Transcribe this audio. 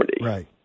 Right